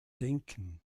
denken